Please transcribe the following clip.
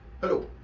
Hello